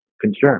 concern